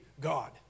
God